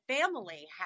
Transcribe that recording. family